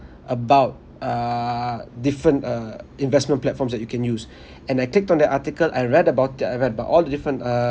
about uh different uh investment platforms that you can use and I clicked on the article I read about it I read about all the different uh